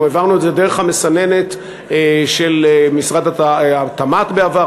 אנחנו העברנו את זה דרך המסננת של משרד התמ"ת בעבר,